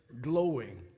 glowing